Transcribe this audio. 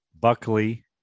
Buckley